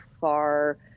far